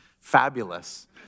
fabulous